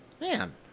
Man